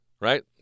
Right